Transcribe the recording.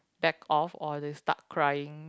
back off or they start crying